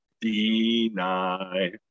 deny